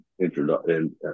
introduction